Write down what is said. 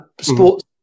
sports